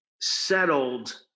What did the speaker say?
settled